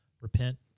repent